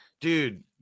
Dude